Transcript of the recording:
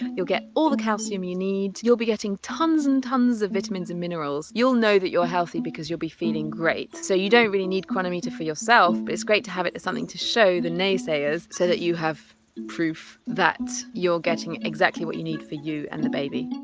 you'll get all the calcium you need, you'll be getting tons and tons of vitamins and minerals. you'll know that you're healthy because you'll be feeling great so you don't really need cronometer for yourself but it's great to have it as something to show the naysayers, so that you have proof that you're getting exactly what you need for you and the baby.